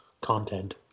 content